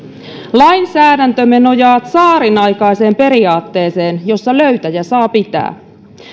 lainsäädäntömme nojaa tsaarinaikaiseen periaatteeseen jossa löytäjä saa pitää